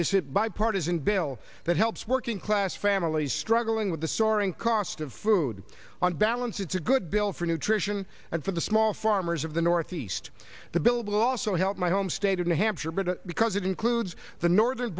this it bipartisan bill that helps working class families struggling with the soaring cost of food on balance it's a good bill for nutrition and for the small farmers of the northeast the bilbo also helped my home state of new hampshire but because it includes the northern